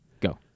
Go